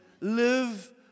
live